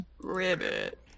Ribbit